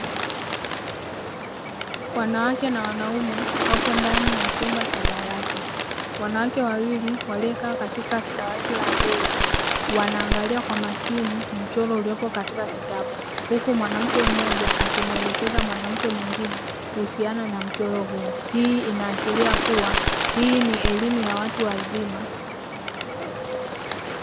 Wanawake na wanaume wapo ndani ya chumba cha darasa, wanawake wawili waliokaa katika dawati la mbele, wanaangalia kwa makini mchoro uliopo katika kitabu huku mwanamke mmoja akimuelekeza mwanamke mwingine kuhusiana na mchoro huo hii inaashiria kuwa hii ni elimu ya watu wazima.